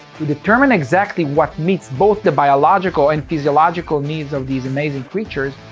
to determine exactly what meets both the biological and physiological needs of these amazing creatures,